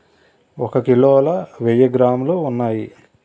ఒక కిలోలో వెయ్యి గ్రాములు ఉన్నాయి